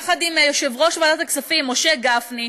יחד עם יושב-ראש ועדת הכספים משה גפני,